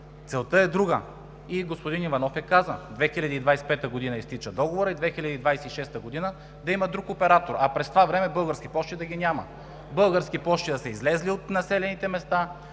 Целта е друга и господин Иванов я каза: през 2025 г. изтича договорът и в 2026 г. да има друг оператор, а през това време Български пощи да ги няма, Български пощи да са излезли от населените места,